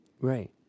Right